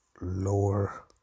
lower